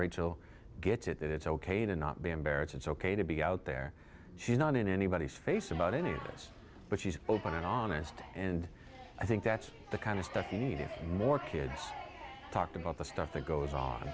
rachel gets it that it's ok to not be embarrassed it's ok to be out there she's not in anybody's face about any of us but she's open and honest and i think that's the kind of stuff we need if more kids talk about the stuff that goes on